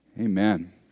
Amen